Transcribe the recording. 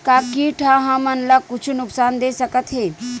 का कीट ह हमन ला कुछु नुकसान दे सकत हे?